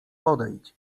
podejdź